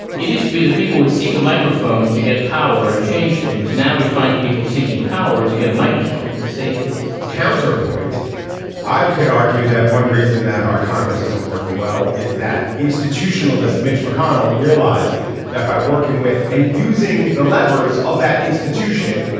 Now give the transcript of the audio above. it used to be that people would seek a microphone to get power and change things. now we find people seeking power to get a microphone and say things counterpoint i could argue that one reason that our congress isn't working well is that institutionalist mitch mcconnell realized that by working with and using the levers of that institution,